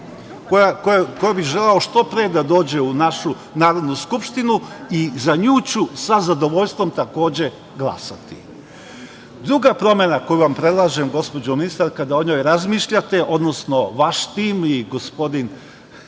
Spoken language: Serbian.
koju bih želeo što pre da dođe u našu Narodnu skupštinu i za nju ću sa zadovoljstvom takođe glasati. Druga promena koju vam predlažem, gospođo ministarka, da o njoj razmišljate, odnosno vaš tim i gospodin